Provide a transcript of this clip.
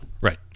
right